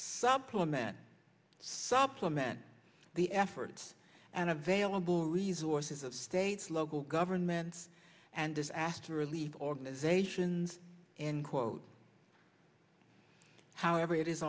supplement supplement the efforts and available resources of states local governments and asked to relieve or as asians and quote however it is